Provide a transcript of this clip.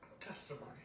testimony